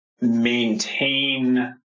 maintain